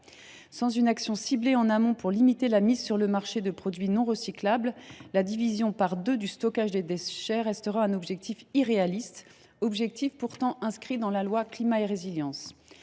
Sans une action ciblée en amont pour limiter la mise sur le marché de produits non recyclables, la division par deux du stockage des déchets restera un objectif irréaliste, alors même qu’il est inscrit dans la loi Climat et Résilience.